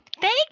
Thank